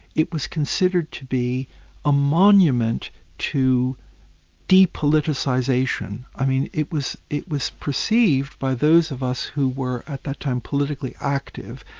it was considered to be a monument to depoliticisation. i mean it was it was perceived by those of us who were at that time politically active,